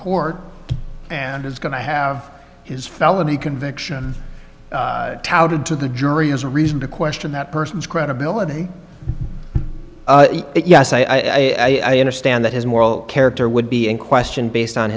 court and is going to have his felony conviction touted to the jury as a reason to question that person's credibility that yes i understand that his moral character would be in question based on